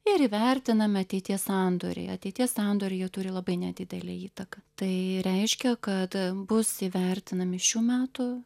ir įvertinami ateities sandoriai ateities sandoriai jie turi labai nedidelę įtaką tai reiškia kad bus įvertinami šių metų